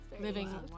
living